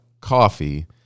coffee